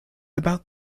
about